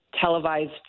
televised